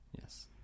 yes